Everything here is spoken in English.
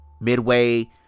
midway